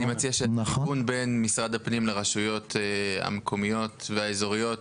אני מציע שדיון בין משרד הפנים לרשויות המקומיות והאזוריות